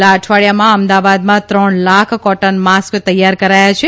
છેલ્લા અઠવાડીયામાં અમદાવાદમાં ત્રણ લાખ કોટન માસ્ક તૈયાર કરાયા છે